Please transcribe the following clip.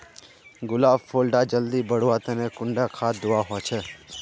गुलाब फुल डा जल्दी बढ़वा तने कुंडा खाद दूवा होछै?